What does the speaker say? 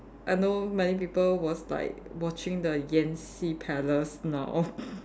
I know many people was like watching the Yanxi palace now